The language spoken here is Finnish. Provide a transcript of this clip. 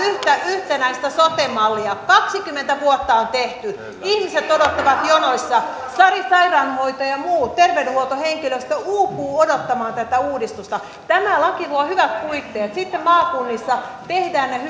yhtenäistä sote mallia kaksikymmentä vuotta on tehty ihmiset odottavat jonoissa sari sairaanhoitaja ja muu terveydenhuoltohenkilöstö uupuu odottamaan tätä uudistusta tämä laki luo hyvät puitteet sitten maakunnissa tehdään